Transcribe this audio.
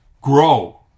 Grow